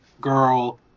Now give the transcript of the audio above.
girl